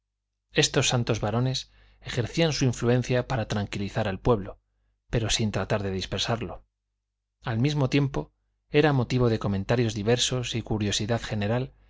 estos santos varones ejercían su influencia para tranquilizar al pueblo pero sin tratar de dispersarlo al mismo tiempo era motivo de comentarios diversos y curiosidad general